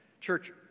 Church